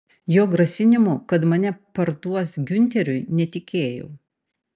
jo grasinimu kad mane parduos giunteriui netikėjau